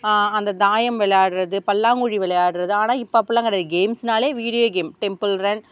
அந்த தாயம் விளையாட்றது பல்லாங்குழி விளையாட்றது ஆனால் இப்போ அப்படிலாம் கிடையாது கேம்ஸ்னாலே வீடியோ கேம் டெம்பிள் ரன்